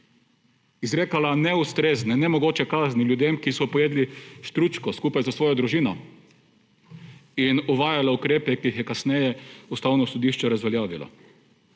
izrekala neustrezne, nemogoče kazni ljudem, ki so pojedli štručko skupaj s svojo družino, in uvajala ukrepe, ki jih je kasneje Ustavno sodišče razveljavilo.